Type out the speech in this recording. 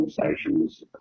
conversations